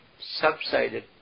subsided